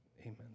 Amen